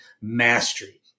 Mastery